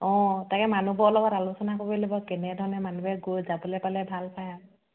অঁ তাকে মানুহবোৰৰ লগত আলোচনা কৰি ল'ব কেনেধৰণে মানুহবোৰে গৈ যাবলৈ পালে ভাল পায়